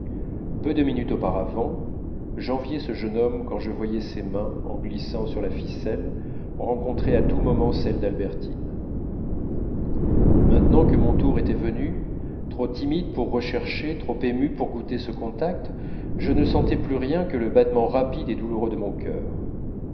peu de minutes auparavant j'enviais ce jeune homme quand je voyais que ses mains en glissant sur la ficelle rencontraient à tout moment celles d'albertine maintenant que mon tour était venu trop timide pour rechercher trop ému pour goûter ce contact je ne sentais plus rien que le battement rapide et douloureux de mon cœur